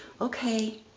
Okay